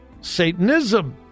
Satanism